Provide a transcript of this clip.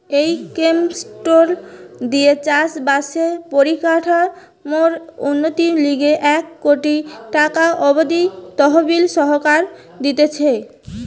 এই স্কিমটো দিয়ে চাষ বাসের পরিকাঠামোর উন্নতির লিগে এক কোটি টাকা অব্দি তহবিল সরকার দিতেছে